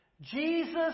Jesus